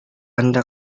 anda